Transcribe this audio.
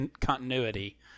continuity